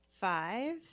five